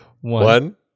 One